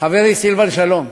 חברי סילבן שלום,